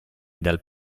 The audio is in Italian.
dal